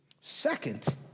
Second